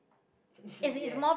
ya